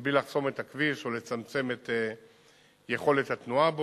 מבלי לחסום את הכביש או לצמצם את יכולת התנועה בו.